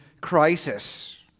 crisis